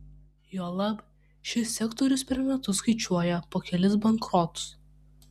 juolab šis sektorius per metus skaičiuoja po kelis bankrotus